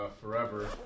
forever